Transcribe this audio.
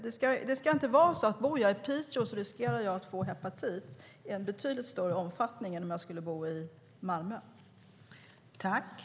Det ska inte vara så att om jag bor i Piteå är det en betydligt högre risk att jag får hepatit än om jag skulle bo i Malmö.